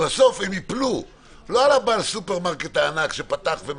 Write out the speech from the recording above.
בסוף הם יפלו לא על בעל הסופרמרקט הענק שפתח.